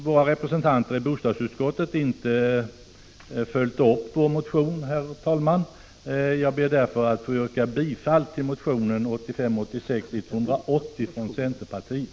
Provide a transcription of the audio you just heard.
Våra representanter har inte följt upp vår motion i bostadsutskottet. Jag ber därför att få yrka bifall till motionen 1985/86:180 från centerpartiet.